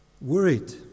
worried